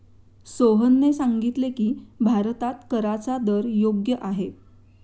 सोहनने सांगितले की, भारतात कराचा दर योग्य आहे